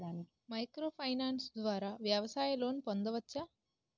Micro finance ద్వారా వ్యవసాయ loan పొందవచ్చా?